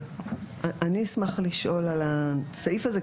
אני אשמח לשאול על הסעיף הזה,